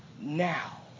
now